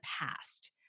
past